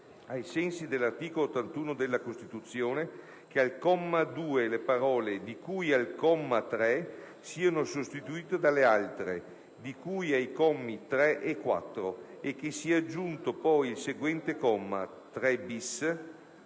ai sensi dell'articolo 81 della Costituzione, che al comma 2 le parole: "di cui al comma 3" siano sostituite dalle altre: "di cui ai commi 3 e 4" e che sia aggiunto poi il seguente comma: "3-*bis*.